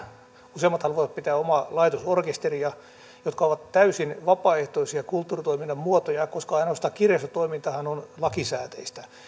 useimmat haluavat pitää omaa laitosorkesteria ne ovat täysin vapaaehtoisia kulttuuritoiminnan muotoja koska ainoastaan kirjastotoimintahan on lakisääteistä